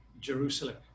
Jerusalem